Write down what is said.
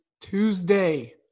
Tuesday